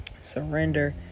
Surrender